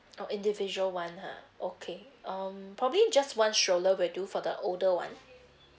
oh individual [one] ha okay um probably just one stroller will do for the older one